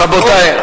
רבותי,